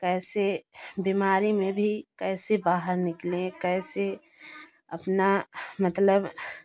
कैसे बीमारी में भी कैसे बाहर निकलें कैसे अपना मतलब